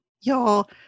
y'all